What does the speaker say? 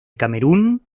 camerún